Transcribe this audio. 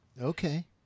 Okay